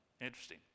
Interesting